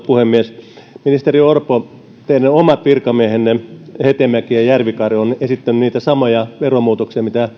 puhemies ministeri orpo teidän omat virkamiehenne hetemäki ja ja järvikare ovat esittäneet niitä samoja veromuutoksia mitä